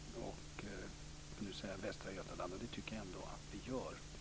Och det tycker jag ändå att vi gör.